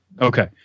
Okay